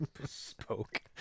bespoke